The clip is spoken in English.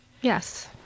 Yes